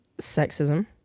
sexism